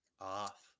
Off